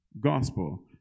gospel